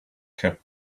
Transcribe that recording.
kept